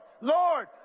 Lord